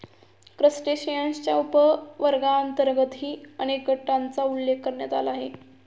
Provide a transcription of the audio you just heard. क्रस्टेशियन्सच्या उपवर्गांतर्गतही अनेक गटांचा उल्लेख करण्यात आला आहे